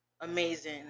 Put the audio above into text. amazing